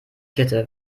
kette